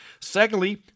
Secondly